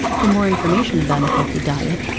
for more information about a healthy diet,